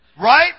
Right